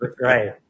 right